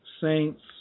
saints